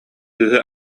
кыыһы